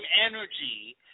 energy